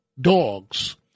dogs